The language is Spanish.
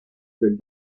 del